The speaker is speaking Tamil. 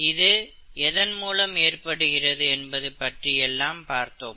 இது எதன் மூலம் ஏற்படுகிறது என்பது பற்றி எல்லாம் பார்த்தோம்